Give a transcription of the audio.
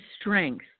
strength